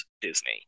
Disney